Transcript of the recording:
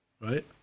right